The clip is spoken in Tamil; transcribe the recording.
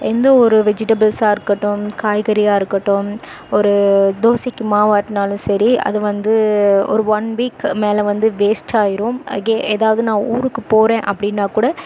எந்த ஒரு வெஜிடபுள்ஸாக இருக்கட்டும் காய்கறியாக இருக்கட்டும் ஒரு தோசைக்கு மாவு ஆட்டினாலும் சரி அது வந்து ஒரு ஒன் வீக் மேலே வந்து வேஸ்ட் ஆகிரும் அதே ஏதாவது நான் ஊருக்கு போகிறேன் அப்படினா கூட